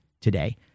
today